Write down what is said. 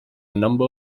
number